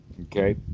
okay